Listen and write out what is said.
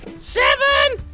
seven,